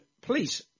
please